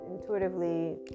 intuitively